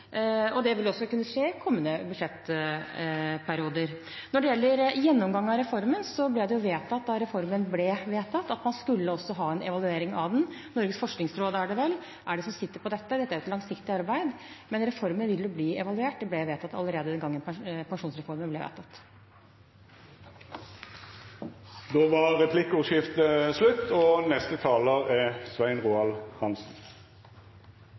Det vil også kunne skje i kommende budsjettperioder. Når det gjelder en gjennomgang av reformen, ble det vedtatt da reformen ble vedtatt, at man skulle ha en evaluering av den. Norges forskningsråd er det som sitter på dette, og det er et langsiktig arbeid. Men reformen vil bli evaluert. Det ble vedtatt allerede den gangen pensjonsreformen ble vedtatt. Då er replikkordskiftet slutt.